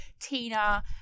Tina